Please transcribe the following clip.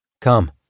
Come